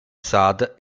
saad